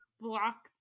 block